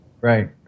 Right